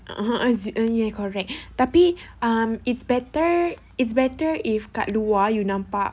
uh uh ah zee ah iya correct tapi um it's better it's better if dekat luar you nampak